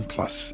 Plus